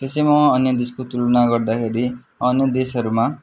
त्यसैमा अन्य देशको तुलना गर्दाखेरि अन्य देशहरूमा